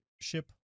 ship